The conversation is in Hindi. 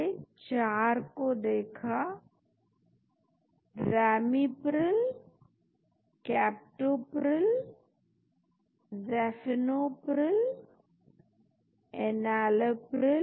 3D खोज अभी हमने फार्मकोफोर खोज को देखा हाइड्रोजन बॉन्ड डोनर एराईल जिसका मतलब बेंजीन समूह हाइड्रोजन बॉन्ड एक्सेप्टर एक खास दूरी पर तो आप देखें कि हमें इसकी क्यों आवश्यकता है